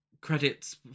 credits